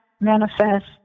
manifest